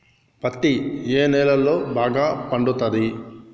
పత్తి ఏ నేలల్లో బాగా పండుతది?